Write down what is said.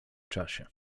czasie